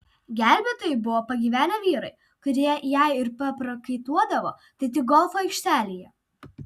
gelbėtojai buvo pagyvenę vyrai kurie jei ir paprakaituodavo tai tik golfo aikštelėje